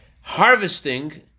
Harvesting